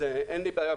אז אין לי בעיה.